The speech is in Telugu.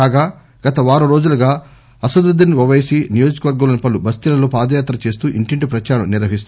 కాగా గత వారం రోజులుగా అసదుద్దీస్ నియోజకవర్గం లోని పలు బస్తీలలో పాద యాత్ర చేస్తూ ఇంటింటి ప్రదారం నిర్వహిస్తున్నారు